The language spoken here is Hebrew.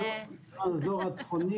זה האזור הצפוני.